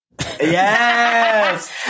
Yes